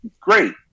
great